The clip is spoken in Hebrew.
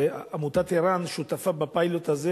ועמותת ער"ן שותפה בפיילוט הזה,